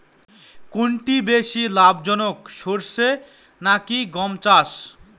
কোনটি বেশি লাভজনক সরষে নাকি গম চাষ?